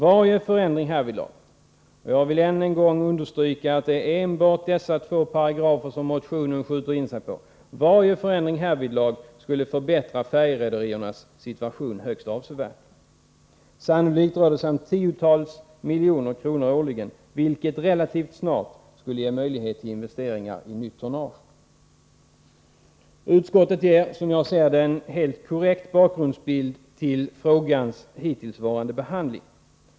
Varje förändring härvidlag — och jag vill än en gång understryka att det är enbart dessa två paragrafer som motionen skjuter in sig på — skulle förbättra färjerederiernas situation högst avsevärt. Sannolikt rör det sig om tiotals miljoner kronor årligen, vilket relativt snart skulle ge möjlighet till investeringar i nytt tonnage. Utskottet ger, som jag ser det, en helt korrekt bakgrundsbild till frågans hittillsvarande behandling.